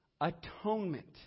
atonement